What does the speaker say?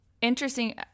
interesting